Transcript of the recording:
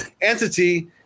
entity